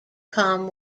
calm